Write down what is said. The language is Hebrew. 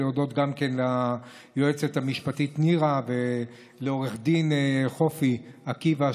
ולהודות גם ליועצת המשפטית נירה ולעו"ד חופי עקיבא,